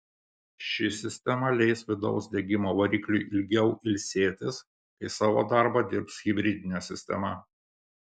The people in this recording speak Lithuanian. ši sistema leis vidaus degimo varikliui ilgiau ilsėtis kai savo darbą dirbs hibridinė sistema